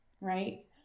right